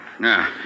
Now